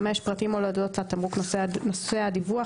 (5) פרטים על אודות התמרוק נושא הדיווח,